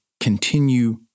continue